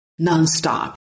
nonstop